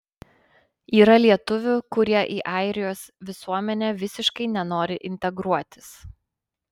yra lietuvių kurie į airijos visuomenę visiškai nenori integruotis